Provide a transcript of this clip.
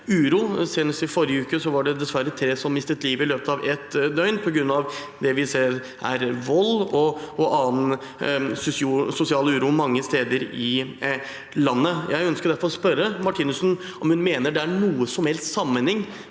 i forrige uke var det dessverre tre som mistet livet i løpet av et døgn på grunn av det vi ser er vold og annen sosial uro mange steder i landet. Jeg ønsker derfor å spørre Sneve Martinussen om hun mener det er noen som helst sammenheng